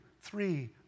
three